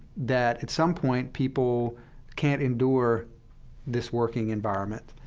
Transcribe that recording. that at some point, people can't endure this working environment,